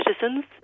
citizens